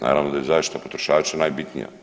Naravno da je zaštita potrošača najbitnija.